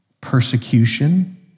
persecution